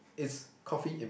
is coffee in